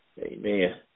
Amen